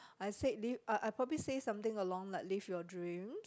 I said this I I probably saw something along like live your dreams